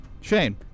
Shane